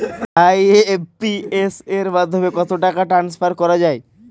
IMPS এর মাধ্যমে কত টাকা ট্রান্সফার করা যায়?